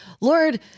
Lord